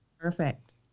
perfect